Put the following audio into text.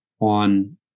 on